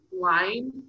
line